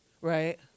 Right